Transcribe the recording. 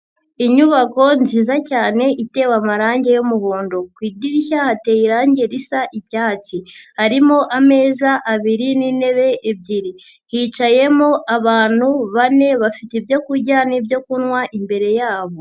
Inyubako nziza cyane itemba amarangi y'umuhondo, ku idirishya hateye irangi risa icyatsi, harimo ameza abiri n'intebe ebyiri, hicayemo abantu bane bafite ibyoku kurya n'ibyo kunywa imbere yabo.